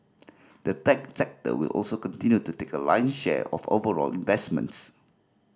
the tech sector will also continue to take a lion's share of overall investments